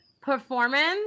performance